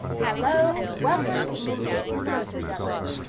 hello and welcome to this week in social justice.